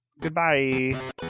Goodbye